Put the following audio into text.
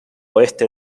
oeste